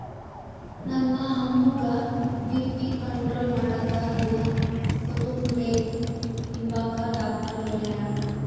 ನಮ್ಮ ಅಮ್ಮುಗ್ಗ BP control ಮಾಡಾಕ ದಿನಾ ಕೋತುಂಬ್ರೆ ತಿಂಬಾಕ ಡಾಕ್ಟರ್ ಹೆಳ್ಯಾರ